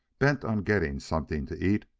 bent on getting something to eat,